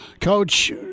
Coach